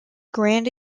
grand